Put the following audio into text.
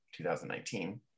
2019